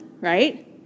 right